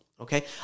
okay